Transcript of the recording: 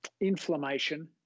inflammation